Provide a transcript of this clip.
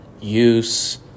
use